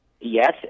yes